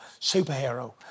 superhero